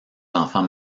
enfants